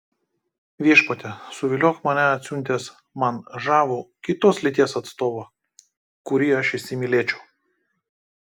viešpatie suviliok mane atsiuntęs man žavų kitos lyties atstovą kurį aš įsimylėčiau